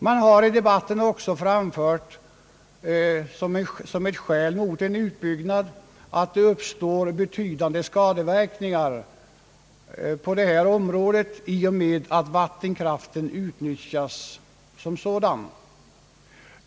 Man har i debatten också framfört som ett skäl mot en utbyggnad att det uppstår betydande «skadeverkningar inom detta område i och med att vattenkraften utnyttjas.